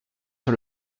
sur